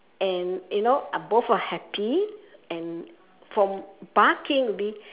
and you know both are happy and from barking maybe